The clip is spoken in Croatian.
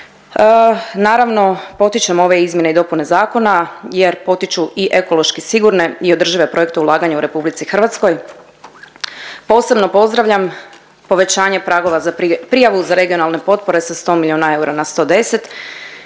Naravno, potičemo ove izmjene i dopune zakona jer potiču i ekološki sigurne i održive projekte ulaganja u RH. Posebno pozdravljam povećanje pragova za prijavu za regionalne potpore sa 100 milijuna eura na 110 i